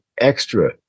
extra